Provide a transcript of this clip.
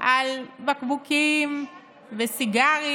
על בקבוקים וסיגרים,